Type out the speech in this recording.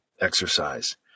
exercise